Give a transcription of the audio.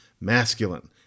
masculine